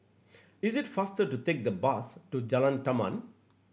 is it faster to take the bus to Jalan Taman